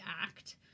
act